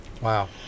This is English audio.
Wow